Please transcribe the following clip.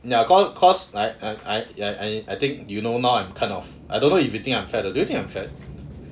ya cause cause I I I I think you know now I'm kind of I don't know if you think I'm fat do you think I'm fat